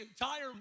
entire